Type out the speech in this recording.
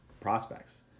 prospects